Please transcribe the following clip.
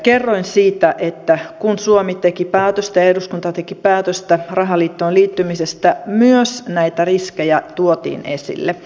kerroin siitä että kun suomi teki päätöstä ja eduskunta teki päätöstä rahaliittoon liittymisestä myös näitä riskejä tuotiin esille